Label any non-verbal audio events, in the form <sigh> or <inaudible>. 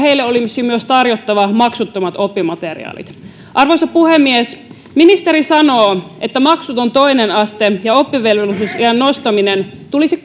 heille olisi myös tarjottava maksuttomat oppimateriaalit arvoisa puhemies ministeri sanoo että maksuton toinen aste ja oppivelvollisuusiän nostaminen tulisi <unintelligible>